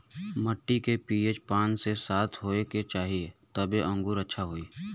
मट्टी के पी.एच पाँच से सात होये के चाही तबे अंगूर अच्छा होई